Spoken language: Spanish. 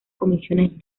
comisiones